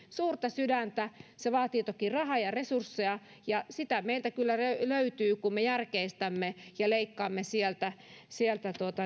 suurta sydäntä se vaatii toki rahaa ja resursseja ja sitä meiltä kyllä löytyy kun me järkeistämme ja leikkaamme sieltä sieltä